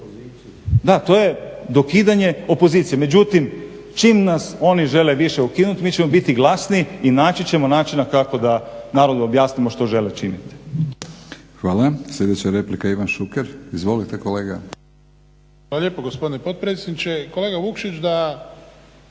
Dakle to je dokidanje opozicije. Međutim čim nas oni žele više ukinuti mi ćemo biti glasniji i naći ćemo načina kako da narodu objasnimo što žele učiniti. **Batinić, Milorad (HNS)** Hvala. Sljedeća replika Ivan Šuker. Izvolite kolega. **Šuker, Ivan (HDZ)** Hvala lijepo gospodine potpredsjedniče. Kolega Vukšić da